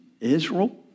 Israel